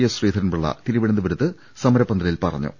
S Sreedharan Pillai തിരു വനന്തപുരത്ത് സമരപ്പന്തലിൽ പറഞ്ഞു